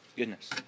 goodness